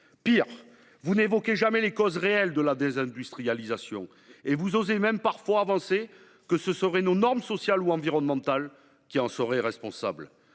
encore, vous n’évoquez jamais les causes réelles de la désindustrialisation. Vous osez même parfois avancer que nos normes sociales ou environnementales en seraient responsables